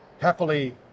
happily